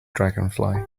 dragonfly